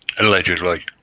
Allegedly